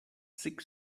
six